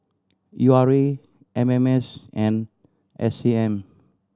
U R A M M S and S A M